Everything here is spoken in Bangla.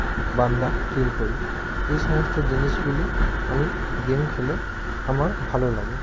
বান্দা কিল করি এই সমস্ত জিনিসগুলি আমি গেম খেলে আমার ভালো লাগে